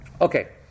Okay